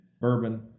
bourbon